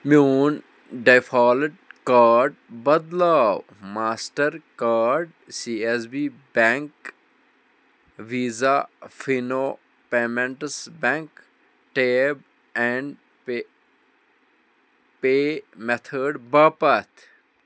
میون default card بدلاو Mastercard C S B bank Visa Fino payments bank tap and پہ pay میتھٲڑ باپتھ